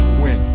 win